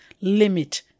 limit